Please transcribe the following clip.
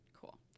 Cool